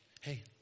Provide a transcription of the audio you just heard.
Hey